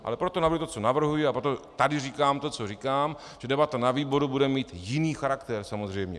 Ale proto navrhuji to, co navrhuji, a proto tady říkám to, co říkám, že debata na výboru bude mít jiný charakter samozřejmě.